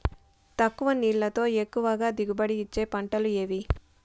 తక్కువ నీళ్లతో ఎక్కువగా దిగుబడి ఇచ్చే పంటలు ఏవి?